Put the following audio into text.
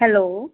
hello